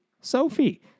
Sophie